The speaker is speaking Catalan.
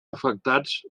afectats